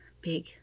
big